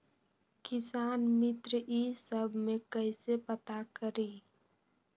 किसान मित्र ई सब मे कईसे पता करी?